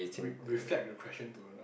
re~ reflect the question to her lah